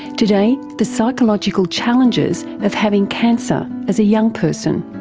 today, the psychological challenges of having cancer as a young person.